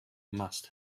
must